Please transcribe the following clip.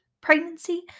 pregnancy